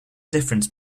difference